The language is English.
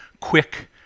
quick